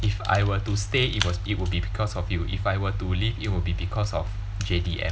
if I were to stay it was it would be because of you if I were to leave it will be because of J_D_M